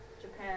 japan